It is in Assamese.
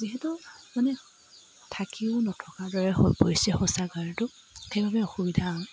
যিহেতু মানে থাকিও নথকাৰ দৰে হৈ পৰিছে শৌচাগাৰটো সেইবাবে অসুবিধা হয়